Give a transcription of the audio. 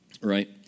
right